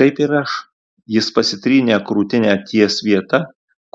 kaip ir aš jis pasitrynė krūtinę ties vieta